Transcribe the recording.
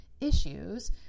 issues